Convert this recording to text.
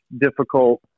difficult